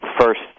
first